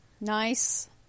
Nice